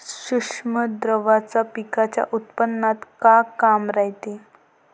सूक्ष्म द्रव्याचं पिकाच्या उत्पन्नात का काम रायते?